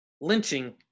Lynching